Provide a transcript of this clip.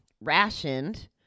rationed